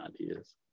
ideas